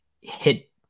hit